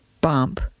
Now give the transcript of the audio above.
bump